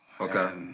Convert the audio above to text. Okay